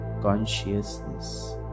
consciousness